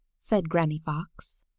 said granny fox,